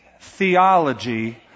theology